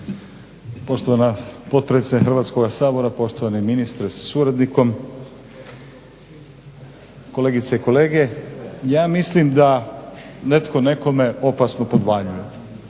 Poštovana potpredsjednica Hrvatskoga sabora, poštovani ministre sa suradnikom, kolegice i kolege. Ja mislim da netko nekome opasno podvaljuje,